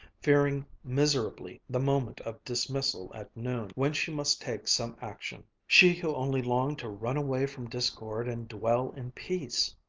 fearing miserably the moment of dismissal at noon, when she must take some action she who only longed to run away from discord and dwell in peace.